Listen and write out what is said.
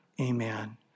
Amen